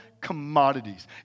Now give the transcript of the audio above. commodities